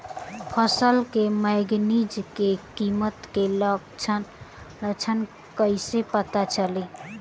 फसल पर मैगनीज के कमी के लक्षण कइसे पता चली?